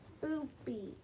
Spooky